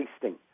tasting